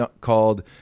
called